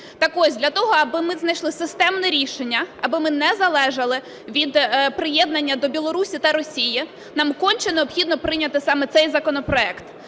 Так ось для того, аби ми знайшли системне рішення, аби ми не залежали від приєднання до Білорусі та Росії, нам конче необхідно прийняти саме цей законопроект.